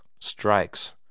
strikes